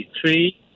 three